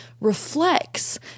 reflects